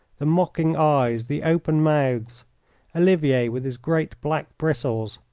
the mocking eyes, the open mouths olivier with his great black bristles,